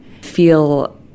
feel